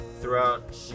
throughout